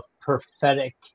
prophetic